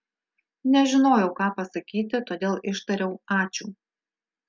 nežinojau ką pasakyti todėl ištariau ačiū